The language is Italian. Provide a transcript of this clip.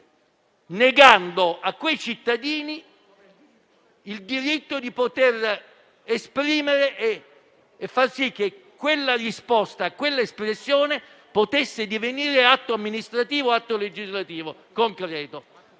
negando a quei cittadini il diritto di esprimere e far sì che quella risposta, quell'espressione potesse divenire atto amministrativo e atto legislativo concreto.